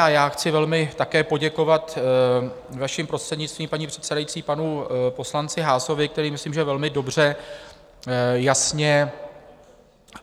A já chci velmi také poděkovat, vaším prostřednictvím, paní předsedající, panu poslanci Haasovi, který myslím že velmi dobře, jasně